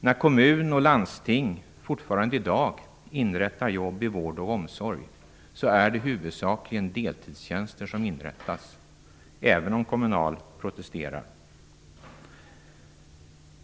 När kommun och landsting fortfarande i dag inrättar jobb i vård och omsorg är det huvudsakligen deltidstjänster som inrättas, även om Kommunal protesterar.